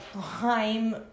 prime